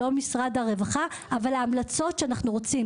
משרד הרווחה אבל ההמלצות שאנחנו רוצים